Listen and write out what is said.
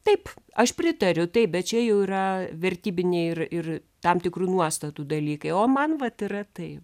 taip aš pritariu taip bet čia jau yra vertybiniai ir ir tam tikrų nuostatų dalykai o man vat yra taip